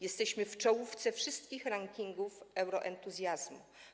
Jesteśmy w czołówce wszystkich rankingów euroentuzjazmu.